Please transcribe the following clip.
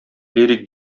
лирик